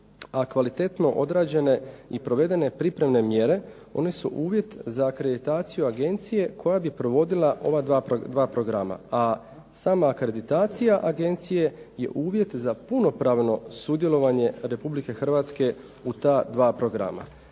a kvalitetno odrađene i provedene pripremne mjere one su uvjet za akreditaciju Agencije koja bi provodila ova dva programa. A sama akreditacija Agencije je uvjet za punopravno sudjelovanje Republike Hrvatske u ta dva programa.